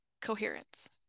coherence